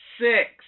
Six